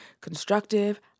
constructive